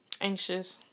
anxious